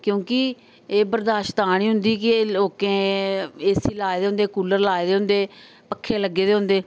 क्योंकि एह् बरर्दाश्त तां नी हुंदी की एह् लोकें ए सी लाए दे हुंदे कूलर लाए दे हुंदे पक्खे लग्गे दे हुंदे